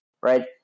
right